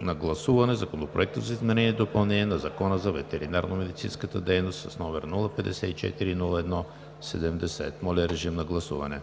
на гласуване Законопроект за изменение и допълнение на Закона за ветеринарномедицинската дейност, № 054-01-70. Гласували